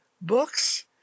books